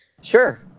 Sure